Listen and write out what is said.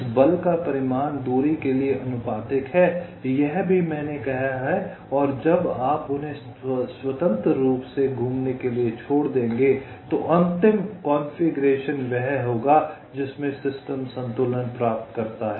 इस बल का परिमाण दूरी के लिए आनुपातिक है यह भी मैंने कहा है और जब आप उन्हें स्वतंत्र रूप से घूमने के लिए छोड़ देंगे तो अंतिम कॉन्फ़िगरेशन वह होगा जिसमें सिस्टम संतुलन प्राप्त करता है